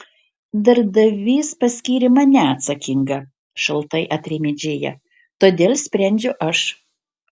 darbdavys paskyrė mane atsakinga šaltai atrėmė džėja todėl sprendžiu aš